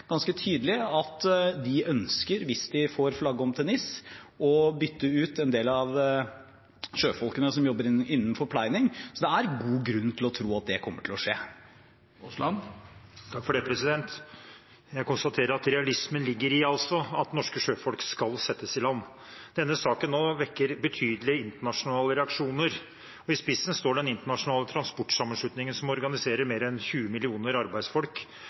de ønsker, hvis de får flagge om til NIS, å bytte ut en del av sjøfolkene som jobber innen forpleining. Så det er god grunn til å tro at det kommer til å skje. Jeg konstaterer at realismen ligger i at norske sjøfolk skal settes i land. Denne saken vekker betydelige internasjonale reaksjoner. I spissen står den internasjonale transportsammenslutningen som organiserer mer enn 20 millioner arbeidsfolk,